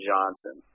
Johnson